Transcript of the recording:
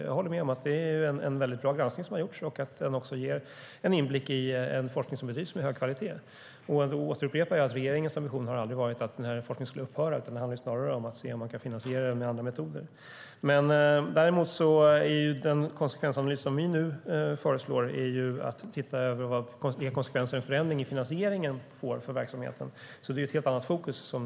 Jag håller med om att det är en mycket bra granskning som har gjorts, och den ger en inblick i en forskning som bedrivs med hög kvalitet. Den konsekvensanalys som ni nu föreslår gäller att titta över vilka konsekvenser en förändring av finansieringen får för verksamheten, och det är ett helt annat fokus.